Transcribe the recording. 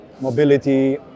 mobility